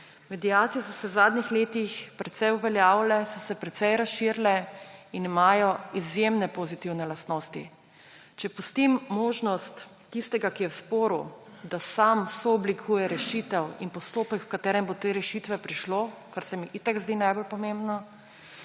Mediacije so se v zadnjih letih precej uveljavile, so se precej razširile in imajo izjemne pozitivne lastnosti. Če pustim možnost tistega, ki je v sporu, da sam sooblikuje rešitev in postopek, v katerem bo do te rešitve prišlo, kar se mi itak zdi najbolj pomembno,